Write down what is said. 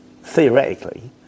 theoretically